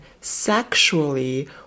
sexually